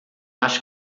acho